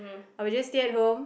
I will just stay at home